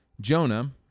Jonah